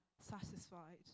satisfied